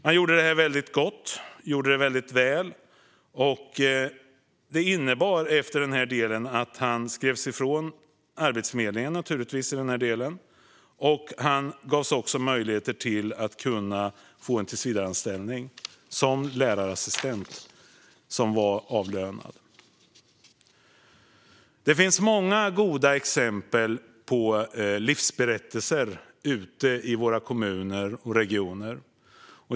Han gjorde detta väldigt väl, och det innebar att han skrevs ut från Arbetsförmedlingen och gavs möjlighet att få en avlönad tillsvidareanställning som lärarassistent. Det finns många goda exempel på livsberättelser ute i våra kommuner och regioner.